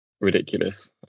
ridiculous